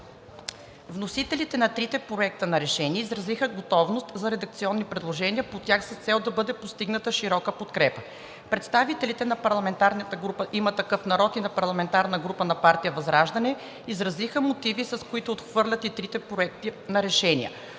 Вносителите на трите проекта на решения изразиха готовност за редакционни предложения по тях с цел да бъде постигната широка подкрепа. Представителите на парламентарната група на „Има такъв народ“ и на парламентарната група на партия ВЪЗРАЖДАНЕ изразиха мотиви, с които отхвърлят и трите проекта на решения.